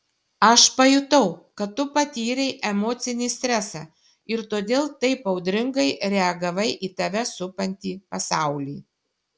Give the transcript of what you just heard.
aš pajutau kad tu patyrei emocinį stresą ir todėl taip audringai reagavai į tave supantį pasaulį